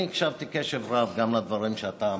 אני הקשבתי בקשב רב גם לדברים שאתה אמרת,